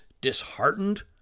disheartened